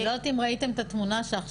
אני לא יודעת אם ראיתם את התמונה שעכשיו